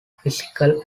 physical